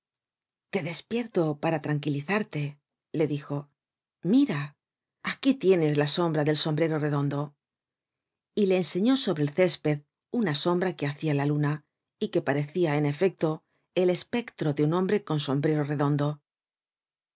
te despierto para tranquilizarte le dijo mira aquí tienes la sombra del sombrero redondo y le enseñó sobre el césped una sombra que hacia la luna y que parecia en efecto el espectro de un hombre con sombrero redondo